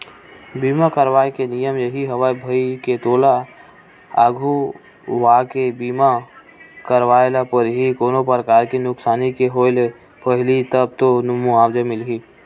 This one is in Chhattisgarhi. बीमा करवाय के नियम यही हवय भई के तोला अघुवाके बीमा करवाय ल परही कोनो परकार के नुकसानी के होय ले पहिली तब तो मुवाजा मिलही